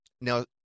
Now